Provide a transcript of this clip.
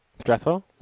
stressful